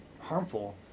harmful